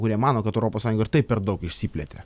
kurie mano kad europos sąjunga ir taip per daug išsiplėtė